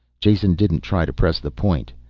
jason didn't try to press the point.